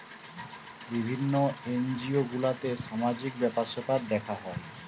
বিভিন্ন এনজিও গুলাতে সামাজিক ব্যাপার স্যাপার দেখা হয়